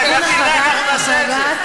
אנחנו נעשה את זה.